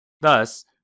Thus